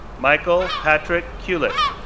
michael patrick cuilik,